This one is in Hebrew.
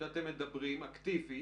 שהתקופה מאפשרת את זה.